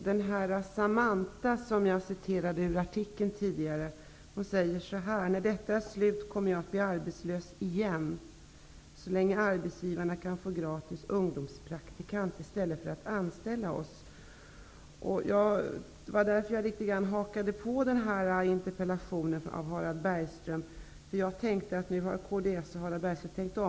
Herr talman! Samantha, som jag citerade tidigare, säger vidare så här: ''När det här är slut kommer jag nog att bli arbetslös igen. Så länge som arbetsgivarna kan ta gratis ungdomspraktikanter i stället för att anställa så kommer de att göra det.'' Det var därför som jag hakade på interpellationen av Harald Bergström, för jag tänkte att kds och Harald Bergström nu har tänkt om.